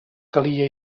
calia